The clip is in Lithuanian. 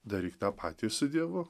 daryk tą patį su dievu